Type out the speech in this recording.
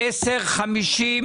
בהתאם לתחזיות שלכם?